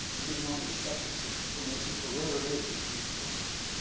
you get known as a specialist at terminations or whatever it is that you want to focus on.